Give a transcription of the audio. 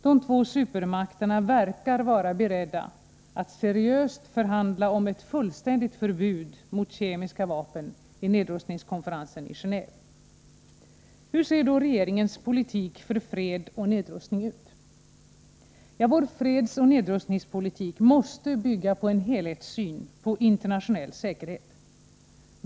De två supermakterna verkar vara beredda att seriöst förhandla om ett fullständigt förbud mot kemiska vapen i nedrustningskonferensen i Geneve . Hur ser då regeringens politik för fred och nedrustning ut? Vår fredsoch nedrustningspolitik måste bygga på en helhetssyn på internationell säkerhet.